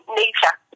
nature